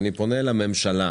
אני פונה לממשלה,